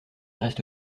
reste